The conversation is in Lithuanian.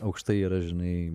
aukštai yra žinai